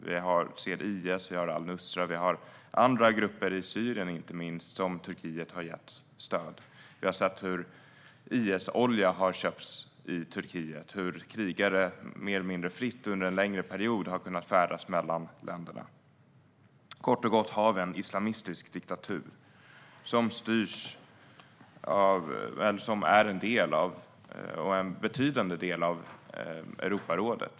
Vi ser IS, vi ser al-Nusra och andra grupper, inte minst i Syrien, som Turkiet har gett stöd. Vi har sett hur IS-olja har köpts i Turkiet och hur krigare mer eller mindre fritt under en längre period har kunnat färdas mellan länderna. Kort och gott ser vi en islamistisk diktatur som är en betydande del av Europarådet.